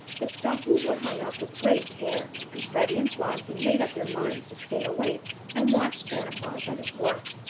the stockings were hung up with great care, and freddie and flossie made up their minds to stay awake and watch santa claus at his work.